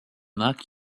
luck